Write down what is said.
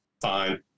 fine